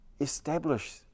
establish